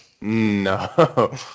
no